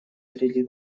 среди